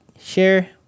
share